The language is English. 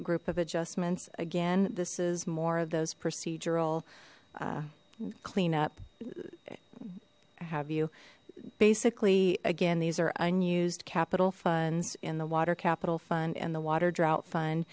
group of adjustments again this is more of those procedural cleanup have you basically again these are unused capital funds in the water capital fund and the water drought fun